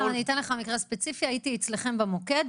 אני אתן לך מקרה ספציפי: הייתי אצלכם במוקד.